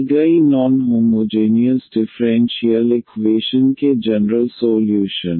दी गई non homogeneous differential equation के general solution